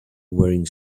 wearing